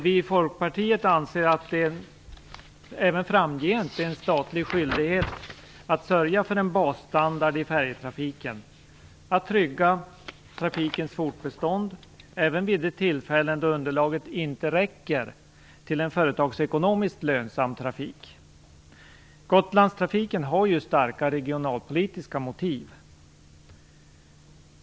Vi i Folkpartiet anser att det även framgent är en statlig skyldighet att sörja för en basstandard i färjetrafiken, att trygga trafikens fortbestånd även vid de tillfällen då underlaget inte räcker till en företagsekonomiskt lönsam trafik. Gotlandstrafiken har ju starka regionalpolitiska motiv.